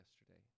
yesterday